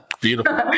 Beautiful